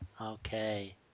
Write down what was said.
Okay